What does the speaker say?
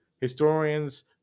historians